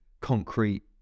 concrete